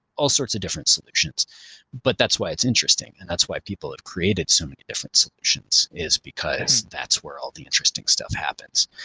all sorts of different solutions but that's why it's interesting and that's why people have created so many different solutions is because that's where all the interesting stuff happens.